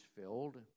filled